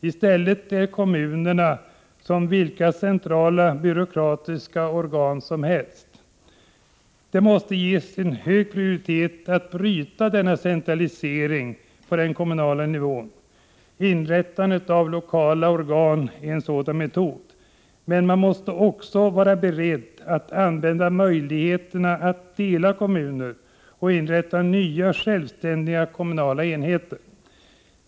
I stället är kommunerna som vilka centrala, byråkratiska organ som helst. Det måste ges hög prioritet att bryta denna centralisering på den kommunala nivån. Inrättandet av lokala organ är en sådan metod. Men man måste också vara beredd att använda möjligheten att dela kommuner och inrätta nya självständiga kommunala enheter.